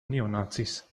neonazis